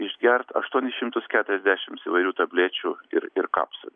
išgert aštuonis šimtus keturiasdešimts įvairių tablečių ir ir kapsulių